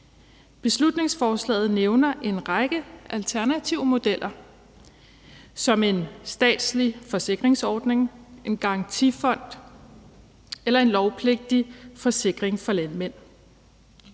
Beslutningsforslaget nævner en række alternative modeller: en statslig forsikringsordning, en garantifond og en lovpligtig forsikring for landmænd.